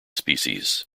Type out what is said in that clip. species